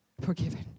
Forgiven